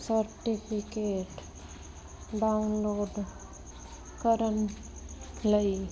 certificate download ਕਰਨ ਲਈ